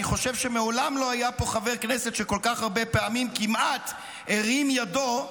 אני חושב שמעולם לא היה פה חבר כנסת שכל כך הרבה פעמים כמעט הרים ידו.